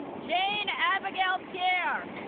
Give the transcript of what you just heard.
jane abigail pierre